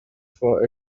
for